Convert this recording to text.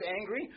angry